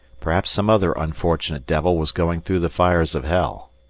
perhaps some other unfortunate devil was going through the fires of hell.